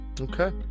Okay